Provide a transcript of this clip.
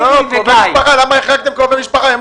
למה החרגתם קרובי משפחה?